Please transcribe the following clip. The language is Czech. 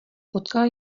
potkal